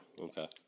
Okay